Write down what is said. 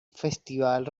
festival